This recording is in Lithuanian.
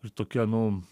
ir tokia nu